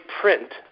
print